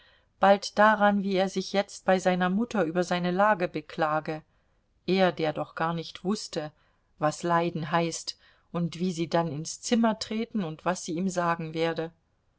bald daran wie er sich jetzt bei seiner mutter über seine lage beklage er der doch gar nicht wußte was leiden heißt und wie sie dann ins zimmer treten und was sie ihm sagen werde